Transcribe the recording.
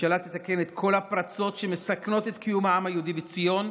הממשלה תתקן את כל הפרצות שמסכנות את קיום העם היהודי בציון.